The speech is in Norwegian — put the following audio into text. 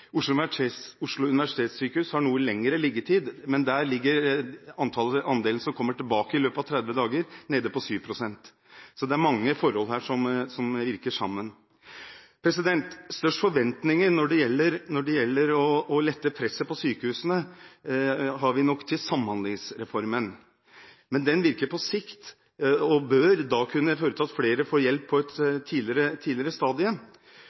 Oslo universitetssykehus har noe lengre liggetid, men der ligger andelen som kommer tilbake i løpet av 30 dager, nede på 7 pst. Det er mange forhold her som virker sammen. Størst forventninger når det gjelder å lette presset på sykehusene, har vi nok til Samhandlingsreformen, men den virker på sikt, og da bør den føre til at flere kan få hjelp på et tidligere